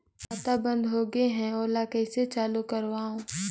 खाता बन्द होगे है ओला कइसे चालू करवाओ?